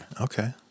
Okay